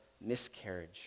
miscarriage